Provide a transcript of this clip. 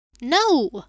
No